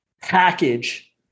package